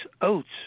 oats